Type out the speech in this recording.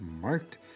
marked